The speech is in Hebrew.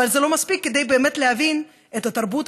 זה לא מספיק כדי באמת להבין את התרבות,